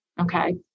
okay